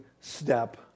step